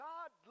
God